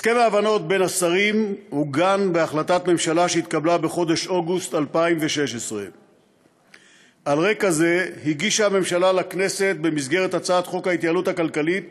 הסכם ההבנות בין השרים עוגן בהחלטת ממשלה שהתקבלה בחודש אוגוסט 2016. על רקע זה הגישה הממשלה לכנסת במסגרת הצעת חוק ההתייעלות הכלכלית